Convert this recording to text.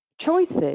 choices